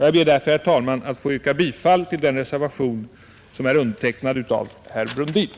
Jag ber därför, herr talman, att få yrka bifall till den reservation som är undertecknad av herr Brundin.